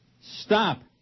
Stop